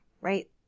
right